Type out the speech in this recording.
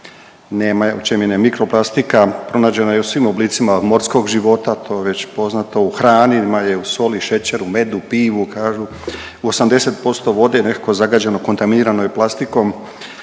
je nema. Mikroplastika pronađena je u svim oblicima od morskog života to je već poznato u hrani, ima je u soli, šećeru, medu, pivu. Kažu u 80% vode …/Govornik se ne razumije./… zagađeno kontaminiranom plastikom.